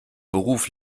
beruf